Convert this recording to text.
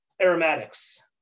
Aromatics